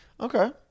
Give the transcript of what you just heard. Okay